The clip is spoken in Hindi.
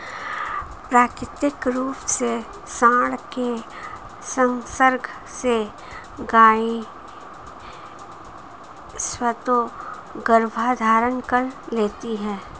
प्राकृतिक रूप से साँड के संसर्ग से गायें स्वतः गर्भधारण कर लेती हैं